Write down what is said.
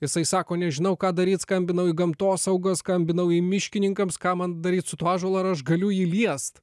jisai sako nežinau ką daryt skambinau į gamtosaugą skambinau į miškininkams ką man daryt su tuo ąžuolu ar aš galiu jį liest